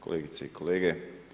Kolegice i kolege.